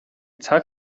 цаг